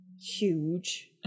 huge